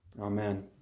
Amen